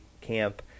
camp